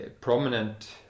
prominent